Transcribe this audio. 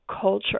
culture